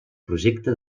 projecte